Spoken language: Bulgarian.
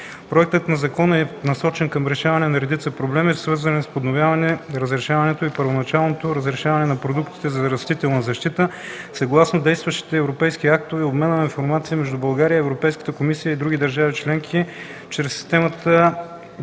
Проектът на закон е насочен към решаване на редица проблеми, свързани с подновяване разрешаването и първоначалното разрешаване на продуктите за растителна защита съгласно действащите европейски актове; обмена на информация между България, Европейската комисия и другите държави членки чрез системата за